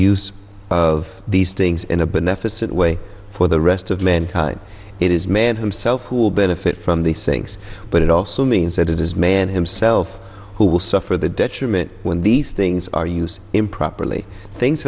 use of these things in a beneficence way for the rest of mankind it is man himself who will benefit from these things but it also means that it is man himself who will suffer the detriment when these things are used improperly things